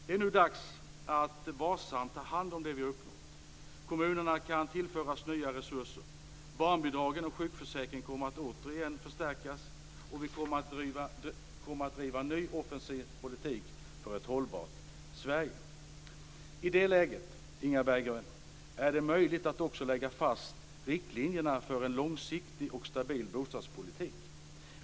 Det är nu dags att varsamt ta hand om det vi har uppnått. Kommunerna kan tillföras nya resurser. Barnbidragen och sjukförsäkringen kommer återigen att förstärkas. Och vi kommer att kunna driva en ny och offensiv politik för ett hållbart Sverige. I det läget, Inga Berggren, är det möjligt att också lägga fast riktlinjerna för en långsiktig och stabil bostadspolitik.